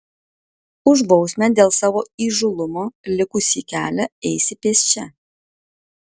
už bausmę dėl savo įžūlumo likusį kelią eisi pėsčia